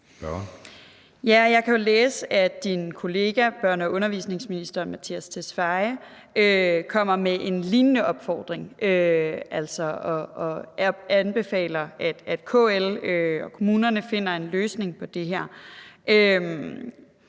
jeg kan jo læse, at din kollega børne- og undervisningsministeren kommer med en lignende opfordring og altså anbefaler, at KL og kommunerne finder en løsning på det her.